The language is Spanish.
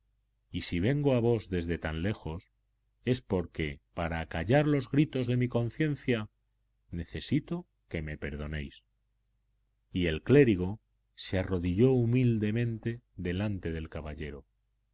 y si vengo a vos desde tan lejos es porque para acallar los gritos de mi conciencia necesito que me perdonéis y el clérigo se arrodilló humildemente delante del caballero